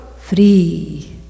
free